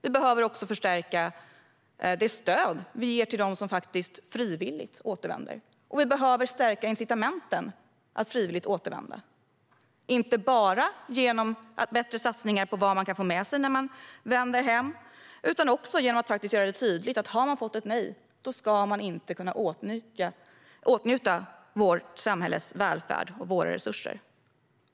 Vi behöver också förstärka det stöd vi ger till dem som faktiskt återvänder frivilligt, och vi behöver stärka incitamenten för att frivilligt återvända - inte bara genom bättre satsningar på vad man kan få med sig när man vänder hem utan också genom att faktiskt göra det tydligt att den som har fått ett nej inte ska kunna åtnjuta vårt samhälles välfärd och våra resurser.